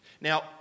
Now